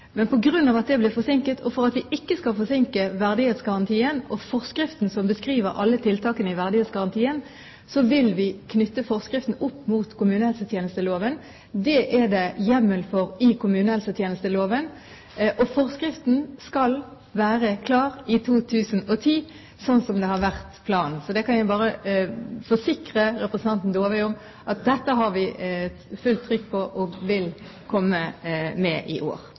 ikke skal forsinke verdighetsgarantien og forskriften som beskriver alle tiltakene i verdighetsgarantien, vil vi knytte forskriften opp mot kommunehelsetjenesteloven. Det er det hjemmel for i kommunehelsetjenesteloven. Forskriften skal være klar i 2010, slik planen var. Jeg kan forsikre representanten Dåvøy om at dette har vi fullt trykk på og vil komme med i år.